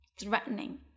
threatening